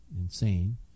insane